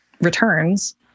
returns